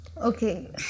Okay